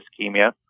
ischemia